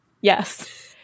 Yes